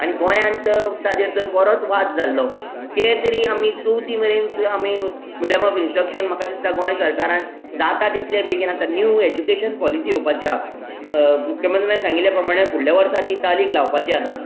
आनी गोंयांत तर ताचेर तर बरोच वाद जाल्लो ते तरी आमी चवथी मेरेन आमी मिडीयम ऑफ इंस्ट्रक्शन म्हाका दिसता गोंय सरकारान जाता तितल्या बेगीन आतां नीव एज्युकेशन पॉलिसी येवपाची आसा मुख्यमंत्र्यान सांगिल्ल्या प्रमाणें फुडल्या वर्सा ती चालीक लावपाची आसा